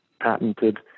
patented